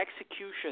execution